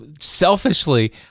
selfishly